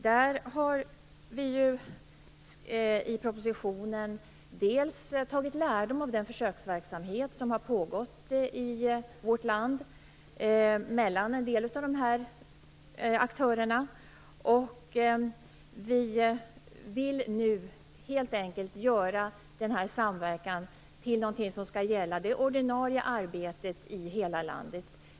Där har vi i propositionen tagit lärdom av bl.a. den försöksverksamhet som har pågått i vårt land mellan en del av dessa aktörer, och vi vill nu göra denna samverkan till någonting som skall gälla det ordinarie arbetet i hela landet.